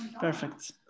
Perfect